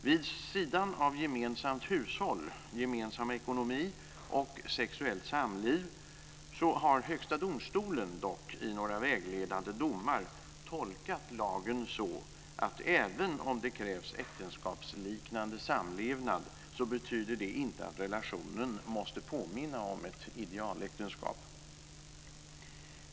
Vid sidan av gemensamt hushåll, gemensam ekonomi och sexuellt samliv har dock Högsta domstolen i några vägledande domar tolkat lagen så att även om det krävs äktenskapsliknande samlevnad betyder det inte att relationen måste påminna om ett idealäktenskap.